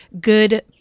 good